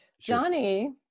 Johnny